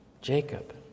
Jacob